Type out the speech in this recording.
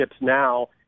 now